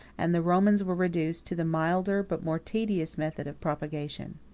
and the romans were reduced to the milder but more tedious method of propagation.